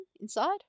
inside